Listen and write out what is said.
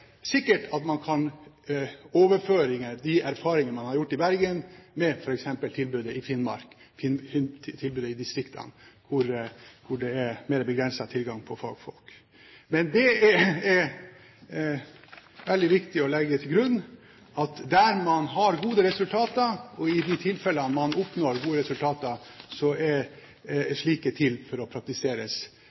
sikkert at man kan overføre de erfaringene man har gjort i Bergen, til f.eks. tilbudet i Finnmark, eller i distriktene, hvor det er mer begrenset tilgang på fagfolk. Det er veldig viktig å legge til grunn at der man har gode resultater, og i de tilfellene man oppnår gode resultater, er slike til for å praktiseres